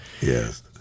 yes